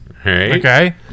Okay